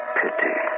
pity